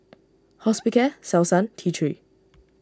Hospicare Selsun T three